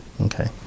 Okay